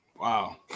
Wow